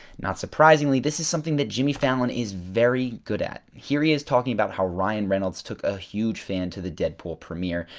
not surprisingly, this is something that jimmy fallon is very good at. here he is talking about how ryan reynolds took a huge fan to the deadpool premier.